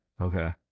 Okay